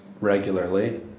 regularly